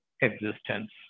existence